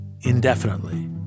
indefinitely